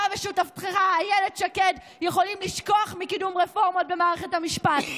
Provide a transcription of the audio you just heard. אתה ושותפתך אילת שקד יכולים לשכוח מקידום רפורמות במערכת המשפט,